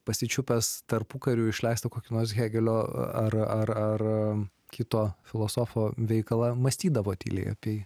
pasičiupęs tarpukariu išleistą kokių nors hėgelio ar ar ar kito filosofo veikalą mąstydavo tyliai apie jį